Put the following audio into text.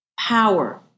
power